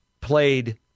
played